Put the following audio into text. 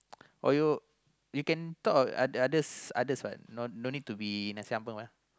or you you can talk other others others what no don't need to be nasi-ambeng ah